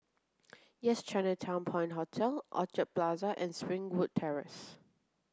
Yes Chinatown Point Hotel Orchard Plaza and Springwood Terrace